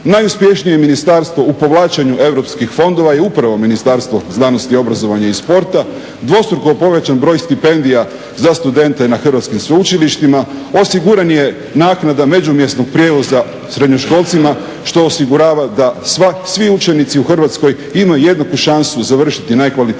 Najuspješnije ministarstvo u povlačenju europskih fondova je upravo Ministarstvo znanosti, obrazovanja i sporta. Dvostruko je povećan broj stipendija za studente na hrvatskim sveučilištima, osigurana je naknada međumjesnog prijevoza srednjoškolcima što osigurava da svi učenici u Hrvatskoj imaju jednaku šansu završiti najkvalitetnije